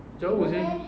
jauh seh